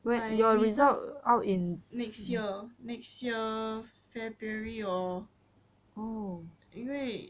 my result out in next year next year february or 因为